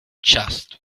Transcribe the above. just